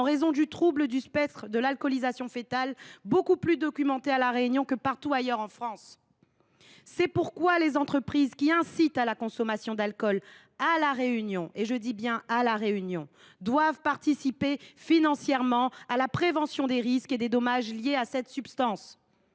en raison du syndrome de l’alcoolisation fœtale, beaucoup plus documenté à La Réunion que partout ailleurs en France. C’est pourquoi les entreprises qui incitent à la consommation d’alcool à La Réunion – je dis bien à La Réunion !– doivent participer financièrement à la prévention des risques et des dommages liés à cette substance.